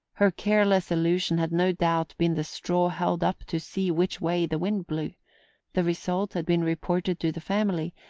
her careless allusion had no doubt been the straw held up to see which way the wind blew the result had been reported to the family,